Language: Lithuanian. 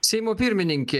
seimo pirmininkė